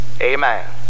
Amen